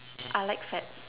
I like fats